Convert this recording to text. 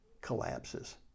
collapses